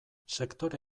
sektore